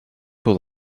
будь